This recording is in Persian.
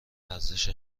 ارزش